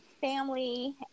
family